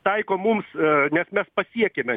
taiko mums nes mes pasiekiame